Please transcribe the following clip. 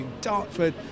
Dartford